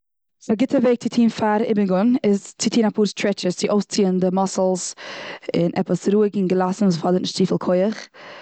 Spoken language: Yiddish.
א גוטע וועג צו טון פאר איבונגען איז צו טון אפאר סטרעטשעס. אויסציען די מוסקלוס, און עפעס רואיג און געלאסן וואס פאדערט נישט צופיל כח.